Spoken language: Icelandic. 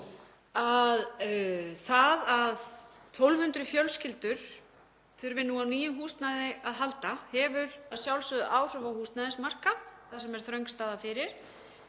það að 1.200 fjölskyldur þurfi nú á nýju húsnæði að halda hefur að sjálfsögðu áhrif á húsnæðismarkað þar sem er þröng staða fyrir,